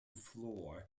floor